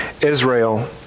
Israel